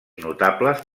notables